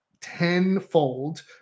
tenfold